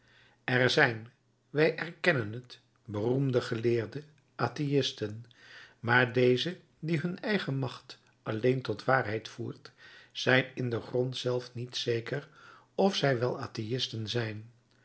er zijn wij erkennen het beroemde geleerde atheïsten maar deze die hun eigen macht alleen tot de waarheid voert zijn in den grond zelf niet zeker of zij wel atheïsten zijn